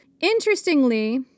Interestingly